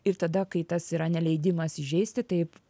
ir tada kai tas yra neleidimas įžeisti taip